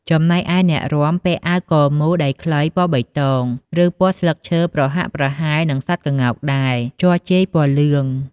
ចំណែកឯអ្នករាំ ពាក់អាវកមូល ដៃខ្លី ពណ៌បៃតង ឬពណ៌ស្លឹកឈើប្រហាក់ប្រហែលនឹងសត្វក្ងោកដែរ ជ័រជាយពណ៌លឿង ។